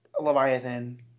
Leviathan